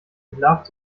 entlarvt